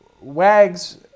Wags